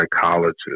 psychologist